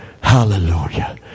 Hallelujah